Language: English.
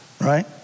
right